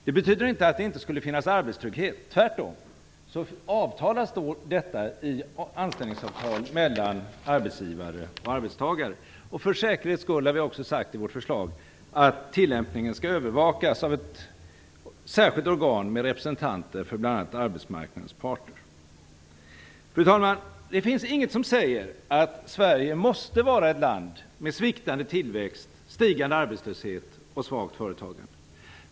Det betyder inte att det inte skulle finnas arbetstrygghet, tvärtom avtalas detta i anställningsavtal mellan arbetsgivare och arbetstagare. För säkerhets skull har vi också sagt i vårt förslag att tillämpningen skall övervakas av ett särskilt organ med representanter för bl.a. arbetsmarknadens parter. Fru talman! Det finns inget som säger att Sverige måste vara ett land med sviktande tillväxt, stigande arbetslöshet och svagt företagande.